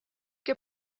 que